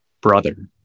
Brother